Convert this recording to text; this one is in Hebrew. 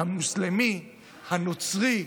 המוסלמי, הנוצרי,